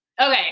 Okay